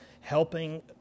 helping